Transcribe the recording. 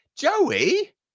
Joey